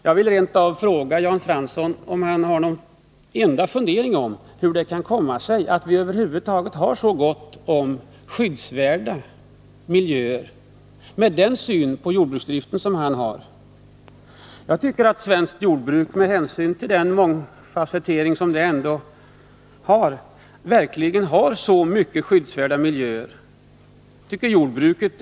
Jag vill rentav fråga Jan Fransson om han — med den syn på jordbruksdriften som han har — kan förklara hur det kan komma sig att vi har så gott om skyddsvärda miljöer. Jag tycker att svenskt jordbruk, med hänsyn till att det är så mångfasetterat, är värt en eloge för att vi har så mycket skyddsvärda miljöer.